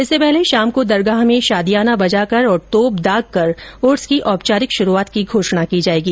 इससे पहले शाम को दरगाह में शादियाना बजाकर और तोप दागकर उर्स की औपचारिक शुरूआत की घोषणा की जायेगी